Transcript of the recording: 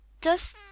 Does